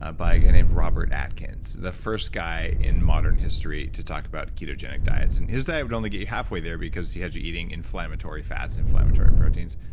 ah by a guy named robert atkins. the first guy in modern history to talk about ketogenic diets. and his diet would only get you half way there because he had you eating inflammatory fats, inflammatory proteins.